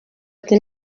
ati